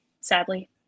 sadly